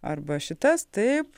arba šitas taip